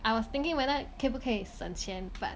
I was thinking whether 可不可以省钱 part